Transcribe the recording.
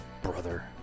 Brother